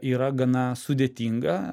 yra gana sudėtinga